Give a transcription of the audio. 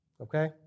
Okay